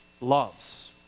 loves